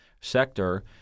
sector